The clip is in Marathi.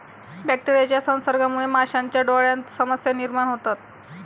बॅक्टेरियाच्या संसर्गामुळे माशांच्या डोळ्यांत समस्या निर्माण होतात